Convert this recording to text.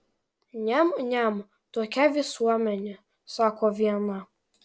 niam niam tokia visuomenė sako viena